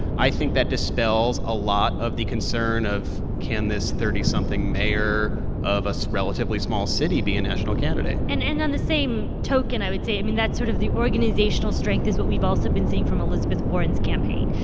i think that dispels a lot of the concern of, can this thirty something mayor of a relatively small city be a national candidate? and and on on the same token, i would say, i mean, that's sort of the organizational strength is what we've also been seeing from elizabeth warren's campaign.